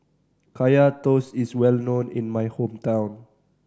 Kaya Toast is well known in my hometown